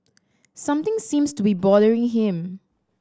something seems to be bothering him